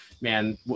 man